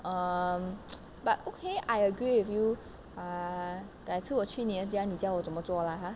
um but okay I agree with you ah 改次我去你的家你教我怎么做 lah ah